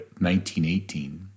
1918